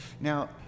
Now